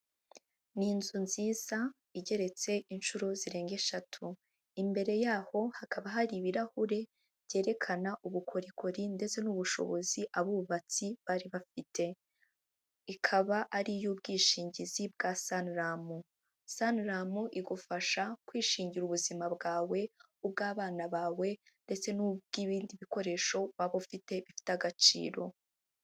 Ni inzu nziza igeretse inshuro zirenga eshatu, imbere yaho hakaba hari ibirahuri byerekana ubukorikori ndetse n'ubushobozi abubatsi bari bafite. Ikaba ari iy'ubwishingizi bwa Sanilam. Sanlam igufasha kwishingira ubuzima bwawe, ubw'abana bawe ndetse n'ubw'ibindi bikoresho waba ufite bifite agaciro.